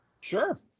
Sure